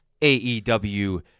AEW